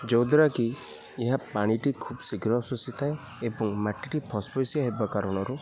ଯେଉଁଦ୍ୱାରା କି ଏହା ପାଣିଟି ଖୁବ ଶୀଘ୍ର ଶୋଷିଥାଏ ଏବଂ ମାଟିିଟି ଫସ୍ଫସିଆ ହେବା କାରଣରୁ